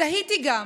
תהיתי גם